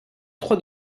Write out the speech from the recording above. trois